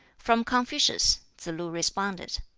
from confucius, tsz-lu responded.